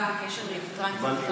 גם בקשר לטרנסים,